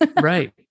Right